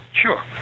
sure